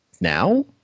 now